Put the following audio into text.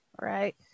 Right